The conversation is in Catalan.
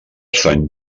sant